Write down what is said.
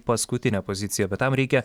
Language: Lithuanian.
paskutinę poziciją bet tam reikia